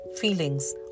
feelings